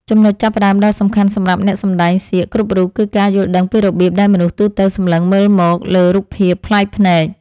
ចំណុចចាប់ផ្តើមដ៏សំខាន់សម្រាប់អ្នកសម្តែងសៀកគ្រប់រូបគឺការយល់ដឹងពីរបៀបដែលមនុស្សទូទៅសម្លឹងមើលមកលើរូបភាពប្លែកភ្នែក។